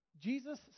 Jesus